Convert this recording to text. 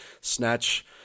snatch –